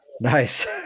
Nice